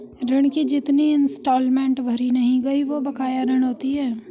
ऋण की जितनी इंस्टॉलमेंट भरी नहीं गयी वो बकाया ऋण होती है